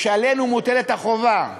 ועלינו מוטלת החובה,